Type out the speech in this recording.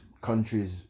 countries